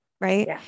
right